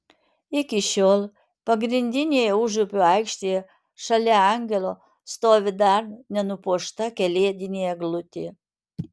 iki šiol pagrindinėje užupio aikštėje šalia angelo stovi dar nenupuošta kalėdinė eglutė